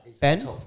Ben